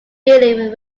dealing